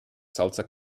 salsa